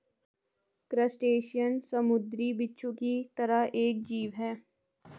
crustacean समुंद्री बिच्छू की तरह एक जीव है